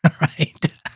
Right